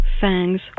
fangs